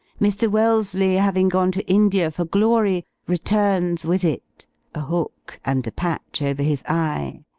mr. wellesley having gone to india for glory, returns with it a hook, and a patch over his eye.